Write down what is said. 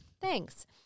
thanks